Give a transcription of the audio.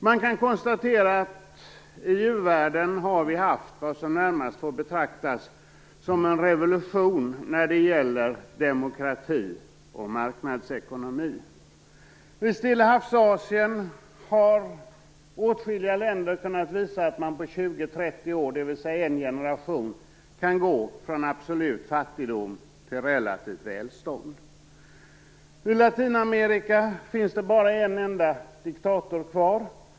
Man kan konstatera att vi i u-världen har haft något som närmast får betraktas som en revolution när det gäller demokrati och marknadsekonomi. I Stillahavsasien har åtskilliga länder kunnat visa att man på 20-30 år, dvs. en generation, kan gå från absolut fattigdom till relativt välstånd. I Latinamerika finns det bara en enda diktator kvar.